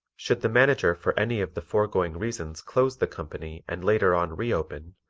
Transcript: should the manager for any of the foregoing reasons close the company and later on reopen,